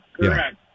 Correct